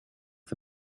for